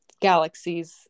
galaxies